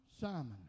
Simon